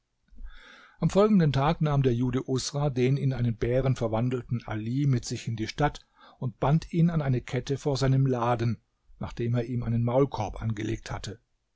am folgenden tag nahm der jude usra den in einen bären verwandelten ali mit sich in die stadt und band ihn an eine kette vor seinem laden nachdem er ihm einen maulkorb angelegt hatte